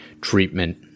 treatment